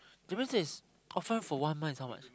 difference is offer for one month is how much